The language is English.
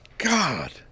God